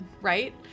right